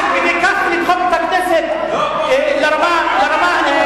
עד כדי כך לדחוף את הכנסת לרמה הנמוכה?